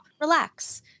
relax